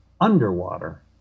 underwater